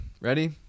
Ready